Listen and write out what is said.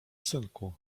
synku